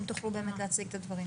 אם תוכלו להציג את הדברים.